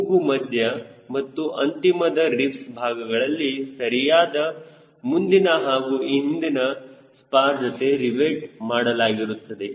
ಮೂಗು ಮಧ್ಯ ಹಾಗೂ ಅಂತಿಮದ ರಿಬ್ಸ್ ಭಾಗಗಳಲ್ಲಿ ಸರಿಯಾಗಿ ಮುಂದಿನ ಹಾಗೂ ಹಿಂದಿನ ಸ್ಪಾರ್ ಜೊತೆ ರಿವೆಟ್ ಮಾಡಲಾಗಿರುತ್ತದೆ